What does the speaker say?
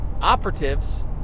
operatives